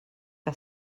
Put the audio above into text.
que